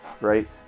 right